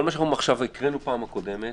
כל מה שהקראנו בפעם הקודמת,